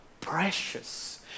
precious